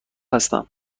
هستم